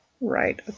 right